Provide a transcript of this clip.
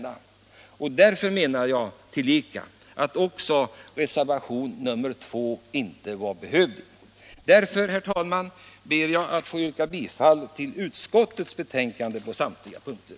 Därför menar jag att inte heller reservationen 2 var behövlig. Jag ber, herr talman, att få yrka bifall till utskottets hemställan på samtliga punkter.